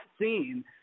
scene